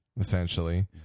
essentially